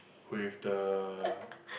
with the